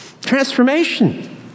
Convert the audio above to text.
Transformation